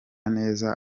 neza